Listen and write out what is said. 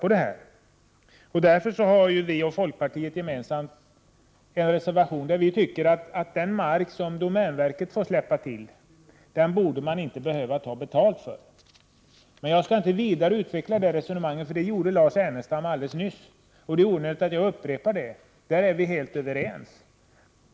Därför har centerpartiet och folkpartiet en gemensam reservation, där vi föreslår att domänverket inte skall ta betalt för den mark som man får släppa till. Jag skall inte vidare utveckla det resonemanget, eftersom Lars Ernestam gjorde det alldeles nyss. Det är onödigt att jag upprepar det, eftersom vi är helt överens.